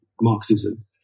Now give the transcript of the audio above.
Marxism